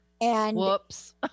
Whoops